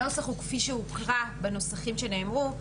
הנוסח הוא כפי שהוקרא בנוסחים שנאמרו.